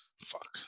fuck